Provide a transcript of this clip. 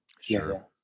sure